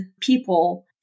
people